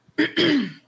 okay